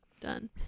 Done